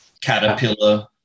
Caterpillar